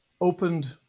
opened